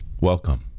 Welcome